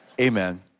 Amen